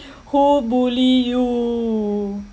who bully you